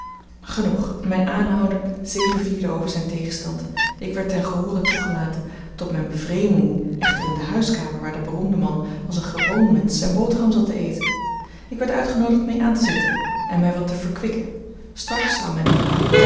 genoeg mijn aanhouden zegevierde over zijn tegenstand ik werd ten gehoore toegelaten tot mijne bevreemding echter in de huiskamer waar de beroemde man als een gewoon mensch zijn boterham zat te eten ik werd uitgenoodigd mee aan te zitten en mij wat te verkwikken straks zou men